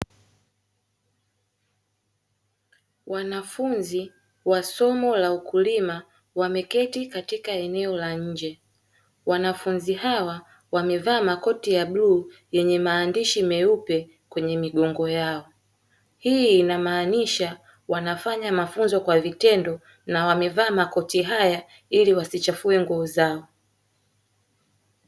Wanafunzi wa somo la ukulima wameketi katika eneo la nje, wanafunzi hawa wamevaa makoti ya bluu yenye maandishi meupe kwenye migongo yao. Hii inamaanisha wanafanya mafunzo kwa vitendo na wamevaa makoti haya ili wasichafue nguo zao.